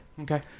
Okay